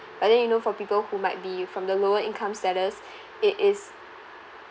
but then you know for people who might be from the lower income status it is